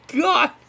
God